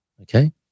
Okay